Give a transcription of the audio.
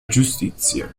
giustizia